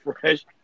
Fresh